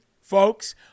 folks